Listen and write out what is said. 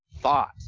thought